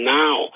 now